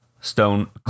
stone